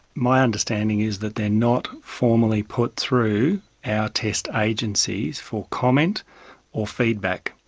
my understanding is that they're not formally put through our test agencies for comment or feedback.